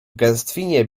gęstwinie